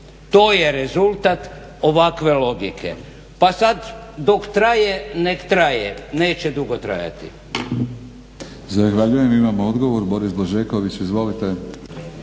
to je rezultat ovakve logike. Pa sad dok traje nek traje, neće dugo trajati. **Batinić, Milorad (HNS)** Zahvaljujem. Imamo odgovor, Boris Blažeković. Izvolite.